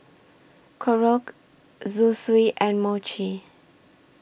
Korokke Zosui and Mochi